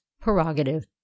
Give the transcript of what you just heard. prerogative